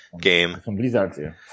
game